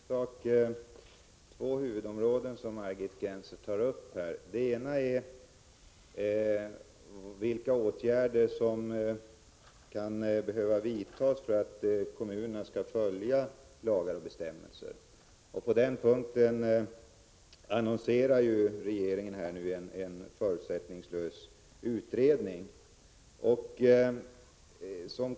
Herr talman! Det är två huvudområden som Margit Gennser tar upp. Det ena gäller vilka åtgärder som behöver vidtas för att kommunerna skall följa lagar och bestämmelser. På den punkten annonserar regeringen nu en förutsättningslös utredning.